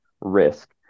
risk